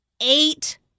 eight